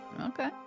Okay